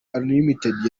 unlimited